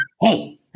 Hey